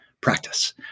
practice